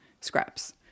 scraps